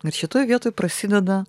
ir šitoj vietoj prasideda